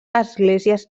esglésies